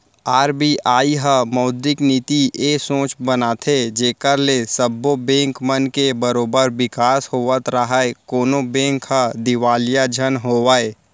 RBI ह मौद्रिक नीति ए सोच बनाथे जेखर ले सब्बो बेंक मन के बरोबर बिकास होवत राहय कोनो बेंक ह दिवालिया झन होवय